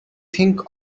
think